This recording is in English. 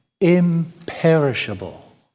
imperishable